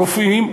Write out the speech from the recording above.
רופאים,